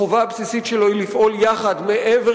החובה הבסיסית שלו היא לפעול יחד מעבר